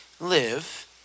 live